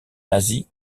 nazi